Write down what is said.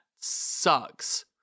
sucks